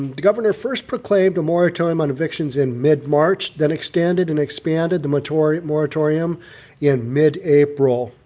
the governor first proclaimed a moratorium on evictions in mid march then extended and expanded the matory moratorium in mid april.